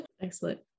Excellent